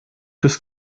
des